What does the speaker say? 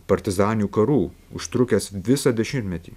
partizaninių karų užtrukęs visą dešimtmetį